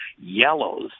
yellows